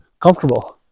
comfortable